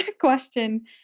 question